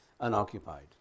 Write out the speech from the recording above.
unoccupied